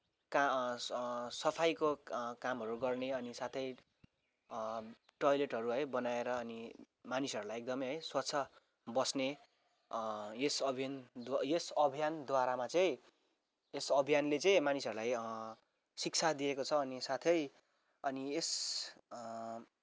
का सफाइको कामहरू गर्ने अनि साथै टोयलटहरू है बनाएर अनि मानिसहरूलाई एकदमै है स्वच्छ बस्ने यस अभियान यस अभियानद्वारामा चाहिँ यस अभियानले चाहिँ मानिसहरूलाई शिक्षा दिएको छ अनि साथै अनि यस